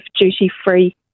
duty-free